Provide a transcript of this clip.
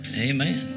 Amen